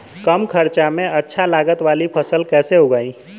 कम खर्चा में अच्छा लागत वाली फसल कैसे उगाई?